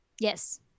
Yes